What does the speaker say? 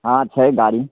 हँ छै गाड़ी